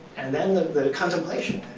and then the contemplation